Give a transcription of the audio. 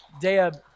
Deb